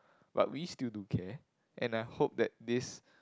but we still do care and I hope that this